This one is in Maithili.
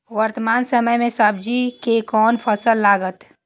वर्तमान समय में सब्जी के कोन फसल लागत?